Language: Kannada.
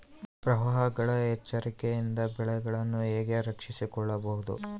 ಪ್ರವಾಹಗಳ ಎಚ್ಚರಿಕೆಯಿಂದ ಬೆಳೆಗಳನ್ನು ಹೇಗೆ ರಕ್ಷಿಸಿಕೊಳ್ಳಬಹುದು?